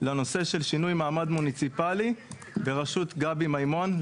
לנושא שינוי מעמד מוניציפלי בראשות גבי מימון,